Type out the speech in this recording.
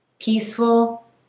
Peaceful